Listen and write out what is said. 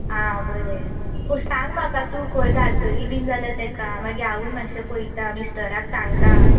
आं बरें पू सांग म्हाका तूं खंय घालतली बी जाल्यार ताका मागीर हांवूय माश्शें पळयता मिस्टराक सांगता